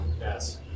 Yes